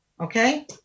Okay